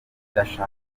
ndashaka